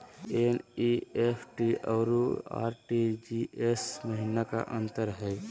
NEFT अरु RTGS महिना का अंतर हई?